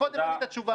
קודם נתת תשובה אחרת.